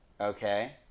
Okay